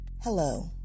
Hello